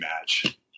match